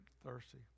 thirsty